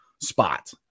spot